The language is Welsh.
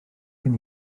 gen